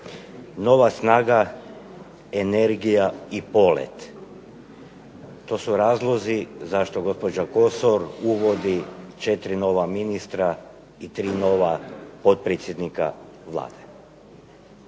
Nova snaga, energija i polet, to su razlozi zašto gospođa Kosor uvodi četiri nova ministra i tri nova potpredsjednika Vlade.